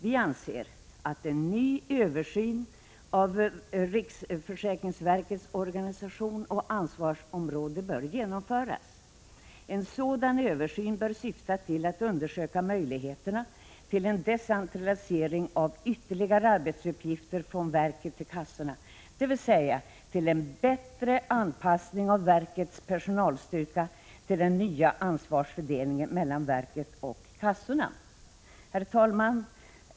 Vi anser att en ny översyn av riksförsäkringsverkets organisation och ansvarsområde bör genomföras. En sådan översyn bör syfta till att undersöka möjligheterna till en decentralisering av ytterligare arbetsuppgifter från verket till kassorna, dvs. en bättre anpassning av verkets personalstyrka till den nya ansvarsfördelningen mellan verket och kassorna. Herr talman!